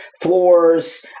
floors